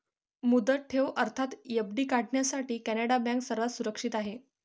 मुदत ठेव अर्थात एफ.डी काढण्यासाठी कॅनडा बँक सर्वात सुरक्षित आहे